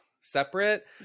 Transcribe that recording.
separate